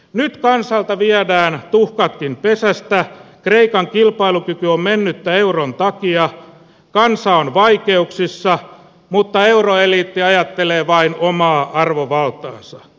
nyt kansalta viedään tuhkatkin pesästä kreikan kilpailukyky on mennyttä euron takia kansa on vaikeuksissa mutta euroeliitti ajattelee vain omaa arvovaltaansa